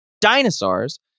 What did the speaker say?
Dinosaurs